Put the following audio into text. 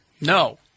No